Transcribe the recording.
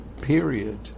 period